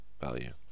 value